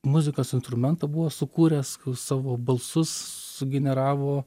muzikos instrumentą buvo sukūręs savo balsus sugeneravo